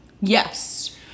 Yes